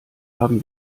haben